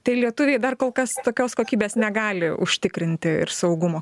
tai lietuviai dar kol kas tokios kokybės negali užtikrinti ir saugumo